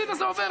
הינה זה עובר,